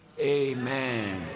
amen